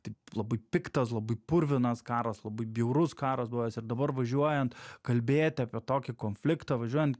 tai labai piktas labai purvinas karas labai bjaurus karas buvęs ir dabar važiuojant kalbėti apie tokį konfliktą važiuojant